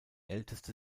älteste